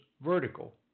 vertical